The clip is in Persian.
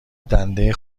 دنده